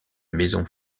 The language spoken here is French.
maison